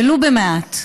ולו במעט,